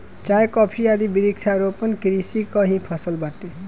चाय, कॉफी आदि वृक्षारोपण कृषि कअ ही फसल बाटे